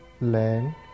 land